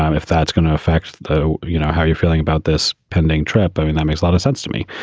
um if that's going to affect, though, you know how you're feeling about this pending trip, i mean, that makes a lot of sense to me.